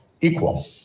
equal